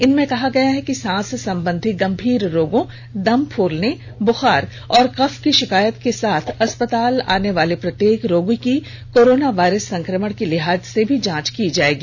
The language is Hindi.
इनमें कहा गया है कि सांस संबंधी गंभीर रोगों दम फूलने बुखार और कफ की शिकायत के साथ अस्पताल आने वाले प्रत्येक रोगी की कोरोना वायरस संक्रमण की लिहाज से भी जांच की जाएगी